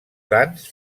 sans